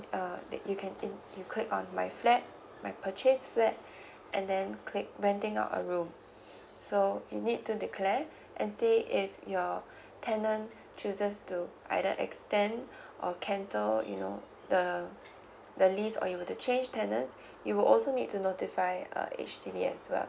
uh that you can in you click on my flat my purchased flat and then you click renting out a room so you need to declare and say if your tenant chooses to either extend or cancel you know the the lease or you were to change tenants you will also need to notify uh H_D_B as well